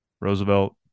Roosevelt